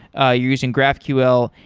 ah using graphql,